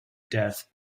death